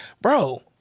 Bro